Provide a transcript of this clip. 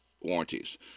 warranties